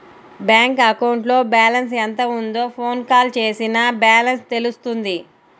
bank అకౌంట్లో balance ఎంత ఉందో ఫోన్ కాల్ చేసినా బ్యాలెన్స్ తెలుస్తుంది